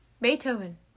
Beethoven